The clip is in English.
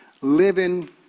living